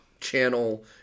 Channel